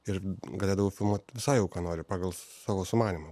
ir galėdavau filmuot visai jau ką nori pagal savo sumanymą